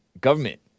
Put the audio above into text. government